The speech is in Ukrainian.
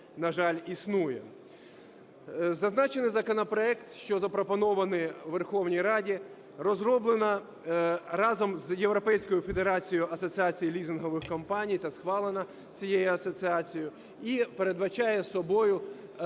на жаль, існує. Зазначений законопроект, що запропонований Верховній Раді, розроблено разом з європейською Федерацією асоціацій лізингових компаній та схвалено цією асоціацією, і передбачає собою